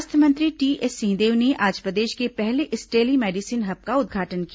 स्वास्थ्य मंत्री टीएस सिंहदेव ने आज प्रदेश के पहले इस टेली मेडिसिन हब का उद्घाटन किया